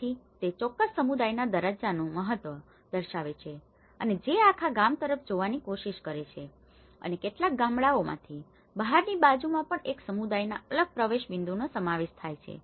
તેથી તે ચોક્કસ સમુદાયના દરજ્જાનું મહત્વ દર્શાવે છે અને જે આખા ગામ તરફ જોવાની કોશિશ કરે છે અને કેટલાક ગામડાઓમાં બહારની બાજુમાં પણ એક સમુદાયના અલગ પ્રવેશ બિંદુનો સમાવેશ થાય છે